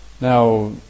Now